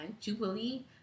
Jubilee